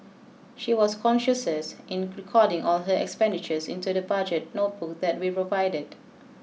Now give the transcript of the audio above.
she was conscientious in recording all her expenditures into the budget notebook that we provided